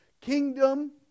kingdom